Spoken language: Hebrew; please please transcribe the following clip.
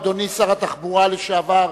אדוני שר התחבורה לשעבר,